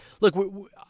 look